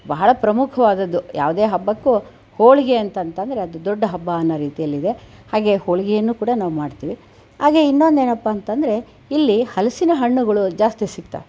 ಬಹಳ ಪ್ರಮುಖವಾದದ್ದು ಯಾವುದೇ ಹಬ್ಬಕ್ಕೂ ಹೋಳಿಗೆ ಅಂತಂತಂದರೆ ಅದು ದೊಡ್ಡ ಹಬ್ಬ ಅನ್ನ ರೀತಿಯಲ್ಲಿದೆ ಹಾಗೆ ಹೋಳಿಗೆಯನ್ನು ಕೂಡ ನಾವು ಮಾಡ್ತೀವಿ ಹಾಗೆ ಇನ್ನೊಂದೇನಪ್ಪ ಅಂತಂದರೆ ಇಲ್ಲಿ ಹಲಸಿನ ಹಣ್ಣುಗಳು ಜಾಸ್ತಿ ಸಿಗುತ್ತವೆ